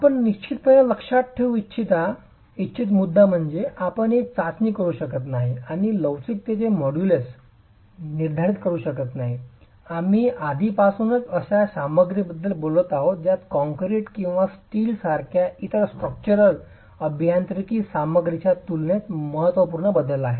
आपण निश्चितपणे लक्षात ठेवू इच्छित मुद्दा म्हणजे आपण एक चाचणी करू शकत नाही आणि लवचिकतेचे मॉड्यूलस निर्धारित करू शकत नाही आम्ही आधीपासूनच अशा सामग्रीबद्दल बोलत आहोत ज्यात कंक्रीट किंवा स्टील सारख्या इतर स्ट्रक्चरल अभियांत्रिकी सामग्रीच्या तुलनेत महत्त्वपूर्ण बदल आहे